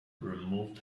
removed